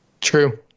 True